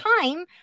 time